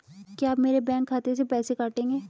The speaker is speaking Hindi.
क्या आप मेरे बैंक खाते से पैसे काटेंगे?